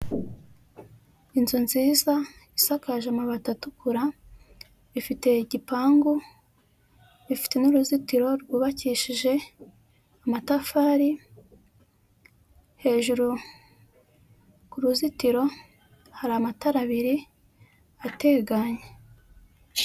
Inzu nziza isakaje amabati atukura, ifite igipangu, ifite n'uruzitiro rwubakishije amatafari, hejuru ku ruzitiro hari amatara abiri ateganye.